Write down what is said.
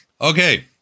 Okay